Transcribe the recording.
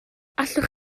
allwch